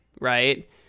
right